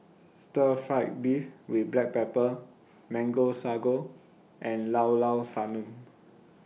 Stir Fried Beef with Black Pepper Mango Sago and Llao Llao Sanum